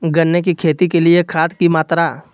गन्ने की खेती के लिए खाद की मात्रा?